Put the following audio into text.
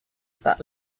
that